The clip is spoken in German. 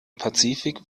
pazifik